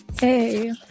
Hey